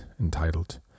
entitled